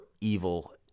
evil